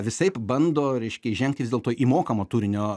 visaip bando reiškia įžengti vis dėlto į mokamo turinio